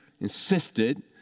insisted